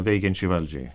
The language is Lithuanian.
veikiančiai valdžiai